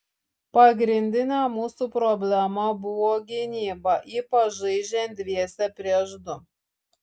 pagrindinė mūsų problema buvo gynyba ypač žaidžiant dviese prieš du